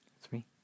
three